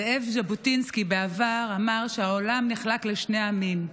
זאב ז'בוטינסקי אמר בעבר שהעולם נחלק לשני עמים,